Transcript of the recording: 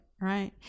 right